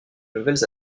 nouvelles